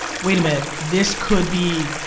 wait a minute, this could be,